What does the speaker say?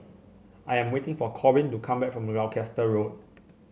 I am waiting for Corbin to come back from Gloucester Road